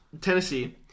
Tennessee